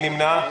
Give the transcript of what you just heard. נמנע?